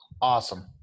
Awesome